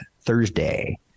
Thursday